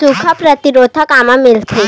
सुखा प्रतिरोध कामा मिलथे?